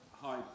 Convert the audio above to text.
Hi